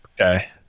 Okay